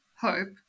hope